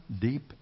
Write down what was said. deep